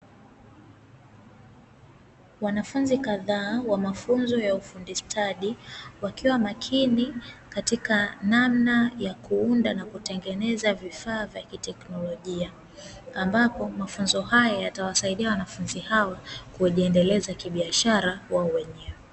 Wanafunzi kadhaa wa mafunzo ya ufundi stadi wakiwa makini katika namna ya kuunda na kutengeneza vifaa vya kitekinolojia, ambapo mafunzo haya yatawasaidia wanafunzi hawa kujiendeleza kibiashara wao wenyewe.